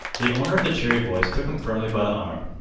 the owner of the cheery voice took him firmly by the arm.